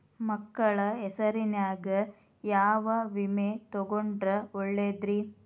ಮಕ್ಕಳ ಹೆಸರಿನ್ಯಾಗ ಯಾವ ವಿಮೆ ತೊಗೊಂಡ್ರ ಒಳ್ಳೆದ್ರಿ?